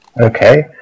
Okay